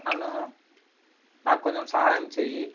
నన్ను నాకు కొంచెం సహాయం చేయి